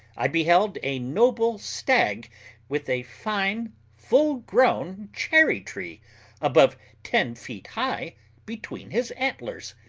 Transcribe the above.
i beheld a noble stag with a fine full grown cherry-tree above ten feet high between his antlers.